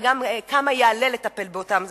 גם כמה יעלה לטפל באותם דברים.